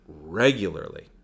regularly